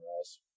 else